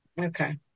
Okay